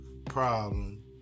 Problem